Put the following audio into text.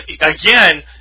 again